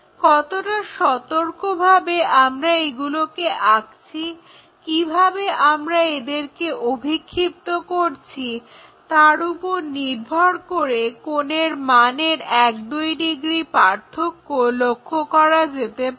কতটা সতর্কভাবে আমরা এগুলোকে আঁকছি কিভাবে আমরা এদেরকে অভিক্ষিপ্ত করছি তার ওপর নির্ভর করে কোণের মানের এক দুই ডিগ্রি পার্থক্য হতে পারে